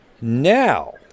Now